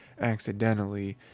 accidentally